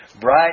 bright